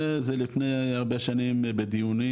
זה לפני הרבה שנים, בדיונים